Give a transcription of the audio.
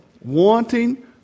Wanting